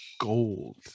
gold